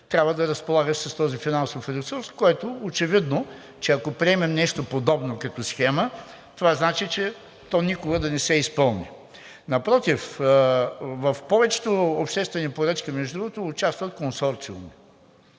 трябва да разполагаш с този финансов ресурс, който очевидно, че ако приемем нещо подобно като схема, това значи, че то никога да не се изпълни. Напротив, в повечето обществени поръчки, между другото, участват консорциуми,